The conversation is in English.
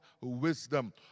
wisdom